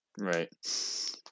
Right